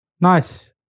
Nice